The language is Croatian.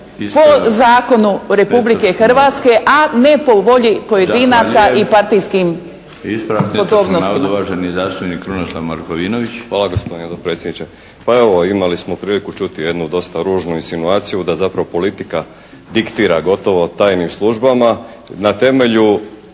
po zakonu Republike Hrvatske, a ne po volji pojedinaca i partijskim podobnostima.